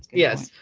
yes.